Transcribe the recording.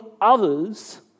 others